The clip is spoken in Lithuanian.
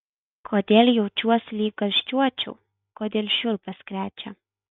kodėl jaučiuosi lyg karščiuočiau kodėl šiurpas krečia